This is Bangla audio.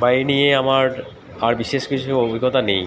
বা এই নিয়ে আমার আর বিশেষ কিছু অভিজ্ঞতা নেই